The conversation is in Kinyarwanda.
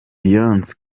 beyonce